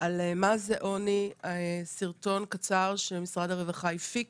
על מה זה עוני, סרטון קצר שמשרד הרווחה הפיק